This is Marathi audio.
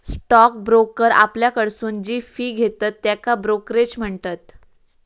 स्टॉक ब्रोकर आपल्याकडसून जी फी घेतत त्येका ब्रोकरेज म्हणतत